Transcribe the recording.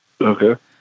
Okay